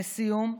לסיום,